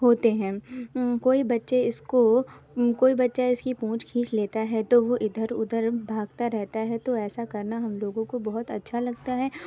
ہوتے ہیں کوئی بچے اس کو کوئی بچہ اس کی پونچھ کھینچ لیتا ہے تو وہ ادھر ادھر بھاگتا رہتا ہے تو ایسا کرنا ہم لوگوں کو بہت اچھا لگتا ہے